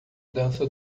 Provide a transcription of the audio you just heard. dança